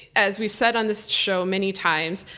as we said on this show many times,